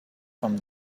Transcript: from